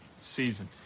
season